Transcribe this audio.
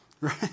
Right